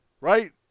Right